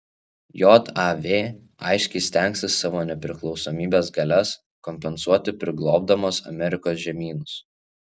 jav aiškiai stengsis savo nepriklausomybės galias kompensuoti priglobdamos amerikos žemynus